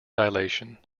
dilation